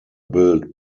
built